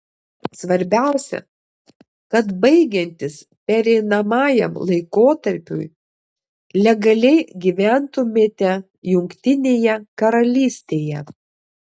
svarbiausia kad baigiantis pereinamajam laikotarpiui legaliai gyventumėte jungtinėje karalystėje